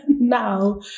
Now